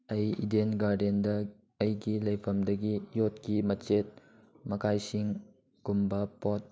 ꯑꯩ ꯏꯗꯦꯟ ꯒꯥꯔꯗꯦꯟꯗ ꯑꯩꯒꯤ ꯂꯩꯐꯝꯗꯒꯤ ꯌꯣꯠꯀꯤ ꯃꯆꯦꯠ ꯃꯀꯥꯏꯁꯤꯡꯒꯨꯝꯕ ꯄꯣꯠ